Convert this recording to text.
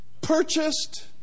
purchased